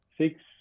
six